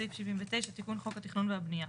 סעיף 79, תיקון חוק התכנון והבניה.